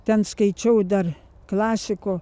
ten skaičiau dar klasiko